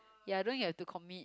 ya don't you have to commit